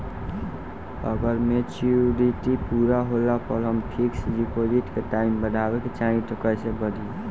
अगर मेचूरिटि पूरा होला पर हम फिक्स डिपॉज़िट के टाइम बढ़ावे के चाहिए त कैसे बढ़ी?